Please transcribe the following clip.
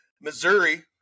Missouri